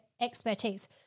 expertise